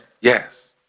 Yes